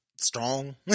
strong